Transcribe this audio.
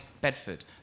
Bedford